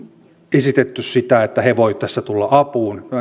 esitetty että he voivat tulla tässä apuun